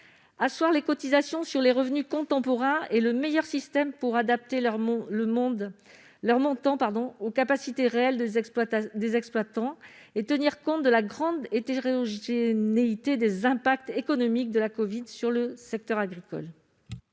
Asseoir les cotisations sur les revenus contemporains constitue le meilleur système pour adapter leur montant aux capacités réelles des exploitants et tenir compte de la grande hétérogénéité des impacts économiques de la covid sur le secteur agricole.